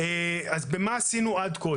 מה עשינו עד כה?